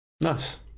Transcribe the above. Nice